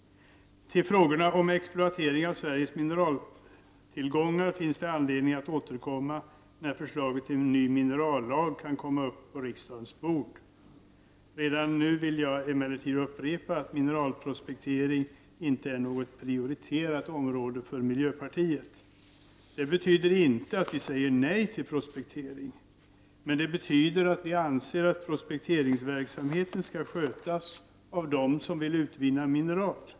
Till frågorna om exploatering av Sveriges mineraltillgångar finns det anledning att återkomma när förslaget till ny minerallag kommer upp på riksdagens bord. Redan nu vill jag emellertid upprepa att mineralprospektering inte är något prioriterat område för miljöpartiet. Det betyder inte att vi säger nej till prospektering, men det betyder att vi anser att prospekteringsverksamheten skall skötas av dem som vill utvinna mineral.